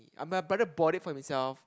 I my brother bought it for himself